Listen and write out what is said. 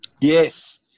Yes